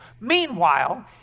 Meanwhile